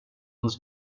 hos